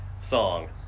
song